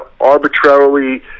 arbitrarily